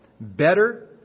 Better